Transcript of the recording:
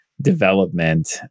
development